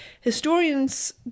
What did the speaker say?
historians